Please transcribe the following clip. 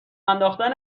انداختن